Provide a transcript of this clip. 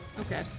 okay